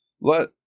Let